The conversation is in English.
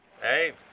Hey